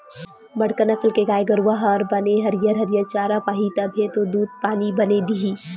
बड़का नसल के गाय गरूवा हर बने हरियर हरियर चारा पाही तभे तो दूद पानी बने दिही